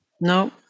no